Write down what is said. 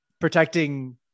protecting